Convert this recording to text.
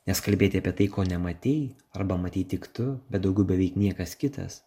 nes kalbėti apie tai ko nematei arba matei tik tu bet daugiau beveik niekas kitas